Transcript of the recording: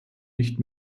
nicht